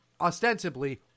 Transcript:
ostensibly